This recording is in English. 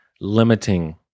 limiting